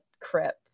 Crip